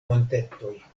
montetoj